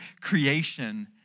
creation